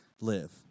live